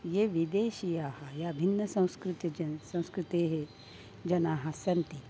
ये विदेशीयाः या भिन्नसंस्कृतिजनः संस्कृतेः जनाः सन्ति